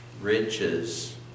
riches